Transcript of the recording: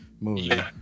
movie